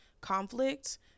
conflict